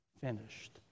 finished